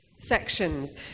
sections